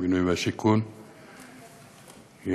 הבינוי והשיכון,